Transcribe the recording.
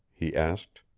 he asked.